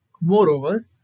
moreover